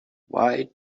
why